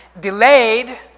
delayed